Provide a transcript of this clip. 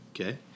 Okay